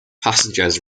passengers